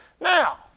Now